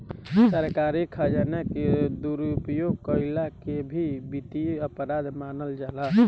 सरकारी खजाना के दुरुपयोग कईला के भी वित्तीय अपराध मानल जाला